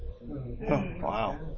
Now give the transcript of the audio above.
wow